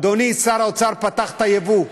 אדוני שר האוצר פתח את הייבוא,